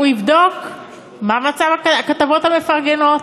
הוא יבדוק מה מצב הכתבות המפרגנות,